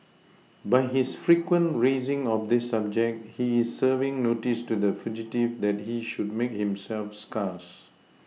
by his frequent raising of this subject he is serving notice to the fugitive that he should make himself scarce